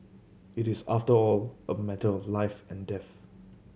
it is after all a matter of life and death